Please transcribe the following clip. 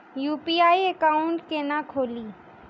UPI account केना खोलि?